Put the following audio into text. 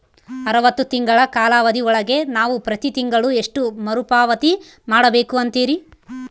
ಅರವತ್ತು ತಿಂಗಳ ಕಾಲಾವಧಿ ಒಳಗ ನಾವು ಪ್ರತಿ ತಿಂಗಳು ಎಷ್ಟು ಮರುಪಾವತಿ ಮಾಡಬೇಕು ಅಂತೇರಿ?